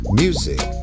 music